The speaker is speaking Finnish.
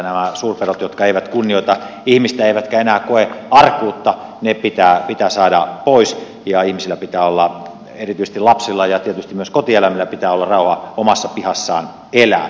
nämä suurpedot jotka eivät kunnioita ihmistä eivätkä enää koe arkuutta pitää saada pois ja ihmisillä pitää olla erityisesti lapsilla ja tietysti myös kotieläimillä rauha omassa pihassaan elää